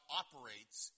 operates